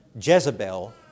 Jezebel